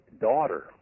daughter